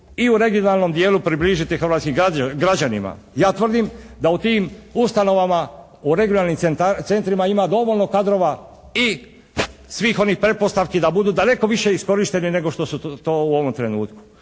i u regionalnom dijelu približiti hrvatskim građanima. Ja tvrdim da u tim ustanovama u regionalnim centrima ima dovoljno kadrova i svih onih pretpostavki da budu daleko više iskorišteni nego što su to u ovom trenutku.